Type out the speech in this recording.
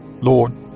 Lord